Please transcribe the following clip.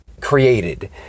created